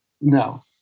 no